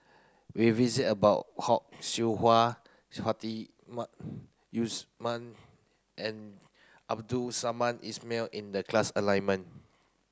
we visit about Hock Siew Wah Yus Man and Abdul Samad Ismail in the class